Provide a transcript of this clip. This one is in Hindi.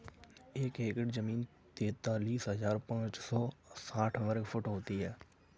एक एकड़ जमीन तैंतालीस हजार पांच सौ साठ वर्ग फुट होती है